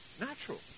natural